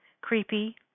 creepy